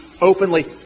openly